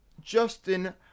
Justin